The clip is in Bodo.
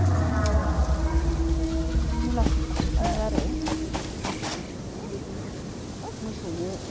हरनानै इदिनो बेजोंनो मुलाम्फा खालामफिनो आरो गोबोरखिखौ मोसौनि खिजोंनो इदिनो मोसौनो